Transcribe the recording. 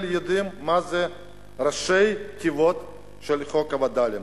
יודעים מה זה ראשי התיבות של חוק הווד”לים,